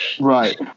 Right